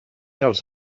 els